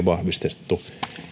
vahvistettu